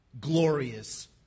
glorious